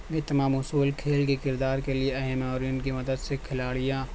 یہ تمام اصول کھیل کے کردار کے لیے اہم ہیں اور ان کی مدد سے کھلاڑیاں